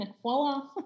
Voila